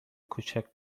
کوچک